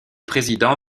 président